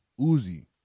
Uzi